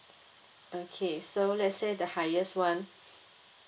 okay so let's say the highest one